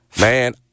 Man